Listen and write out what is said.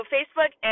Facebook